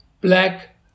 black